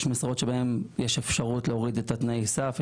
יש משרות שבהן יש אפשרות להוריד את תנאי הסף,